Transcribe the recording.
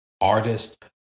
artist